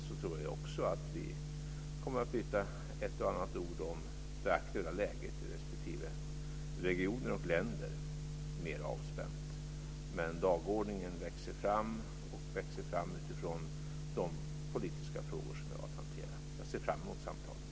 Jag tror också att vi kommer att byta ett och annat ord om det aktuella läget i respektive regioner och länder mera avspänt. Dagordningen växer fram, och den växer fram utifrån de politiska frågor som vi har att hantera. Jag ser fram mot samtalen.